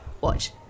Watch